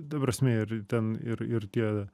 ta prasme ir ten ir ir tie